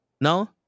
No